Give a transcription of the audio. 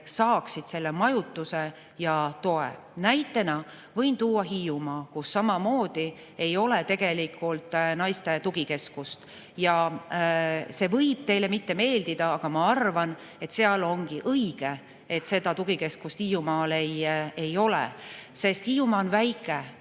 saaksid majutust ja tuge. Näitena võin tuua Hiiumaa, kus ei ole tegelikult naiste tugikeskust. See võib teile mitte meeldida, aga ma arvan, et ongi õige, et seda tugikeskust Hiiumaal ei ole, sest Hiiumaa on väike,